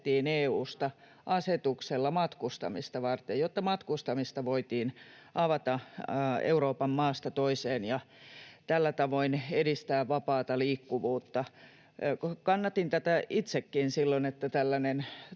EU:ssa asetuksella matkustamista varten, jotta matkustamista voitiin avata Euroopan maasta toiseen ja tällä tavoin edistää vapaata liikkuvuutta. Kannatin itsekin silloin tätä, että tällainen